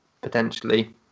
potentially